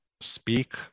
speak